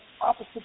opposite